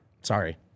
Sorry